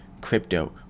crypto